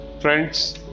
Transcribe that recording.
friends